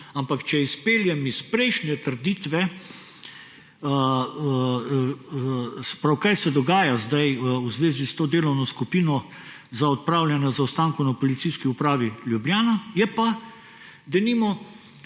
Ampak če izpeljem iz prejšnje trditve, kaj se dogaja sedaj v zvezi s to delovno skupino za odpravljanje zaostankov na Policijski upravi Ljubljana, je pa denimo